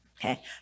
okay